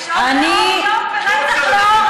שוד לאור יום ורצח לאור לילה.